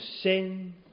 sin